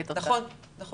נכון.